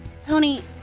Tony